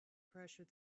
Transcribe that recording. pressure